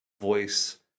voice